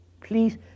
please